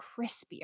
crispier